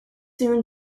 soon